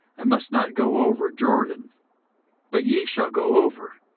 i must not go over jordan but ye shall go over,